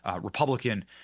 Republican